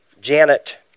Janet